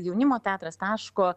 jaunimo teatras taško